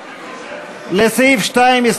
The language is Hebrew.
אין נמנעים.